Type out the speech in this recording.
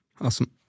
Awesome